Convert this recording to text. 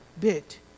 bit